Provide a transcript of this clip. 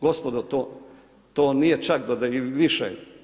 Gospodo to nije čak … i više.